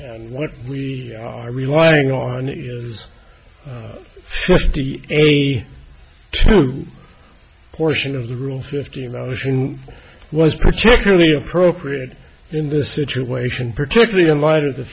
and what we are relying on is the portion of the rule fifty motion was particularly appropriate in this situation particularly in light of the